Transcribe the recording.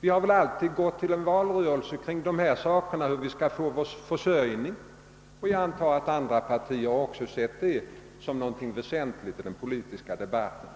Vi har väl alltid gått till en valrörelse med ett program för hur vi skall få tryggad försörjning, och jag antar att andra partier också har sett det som någonting väsentligt i den politiska debatten.